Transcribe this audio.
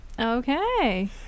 Okay